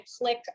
click